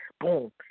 boom